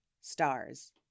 Stars